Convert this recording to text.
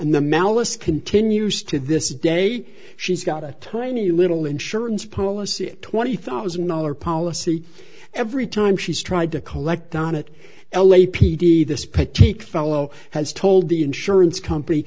malice continues to this day she's got a tiny little insurance policy twenty thousand dollars policy every time she's tried to collect on it l a p d this particular fellow has told the insurance company